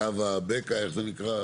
יש קו הבקע, איך זה נקרא?